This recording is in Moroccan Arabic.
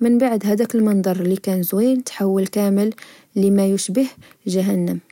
من بعد هداك المنظر لكان زوين تحول كامل لما يشبه جهنم